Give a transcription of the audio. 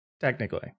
technically